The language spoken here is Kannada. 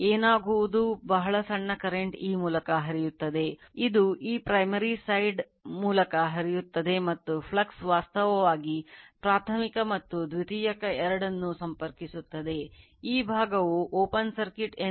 ಈಗ V1 ಆಗಿರುವ alternate supply ಎಂದು ಕರೆಯಲಾಗುತ್ತದೆ ಅಂದರೆ ಲೋಡ್ ಸಂಪರ್ಕಗೊಂಡಿಲ್ಲ